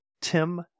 tim